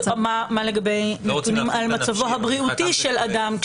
לגבי נתונים על מצבו הבריאותי של אדם,